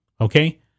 Okay